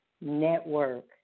Network